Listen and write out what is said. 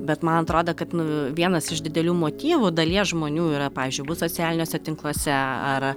bet man atrodo kad nu vienas iš didelių motyvų dalies žmonių yra pavyzdžiui būt socialiniuose tinkluose ar